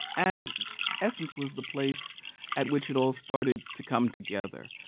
and essence was the place at which it all started to come together.